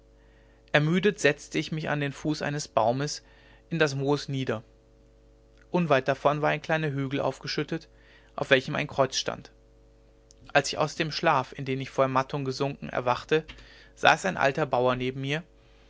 ermüdet setzte ich mich an den fuß eines baumes in das moos nieder unweit davon war ein kleiner hügel aufgeschüttet auf welchem ein kreuz stand als ich aus dem schlaf in den ich vor ermattung gesunken erwachte saß ein alter bauer neben mir